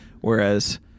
whereas